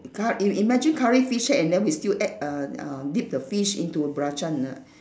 cu~ in~ imagine curry fish head and then we still add uh uh dip the fish into belacan ah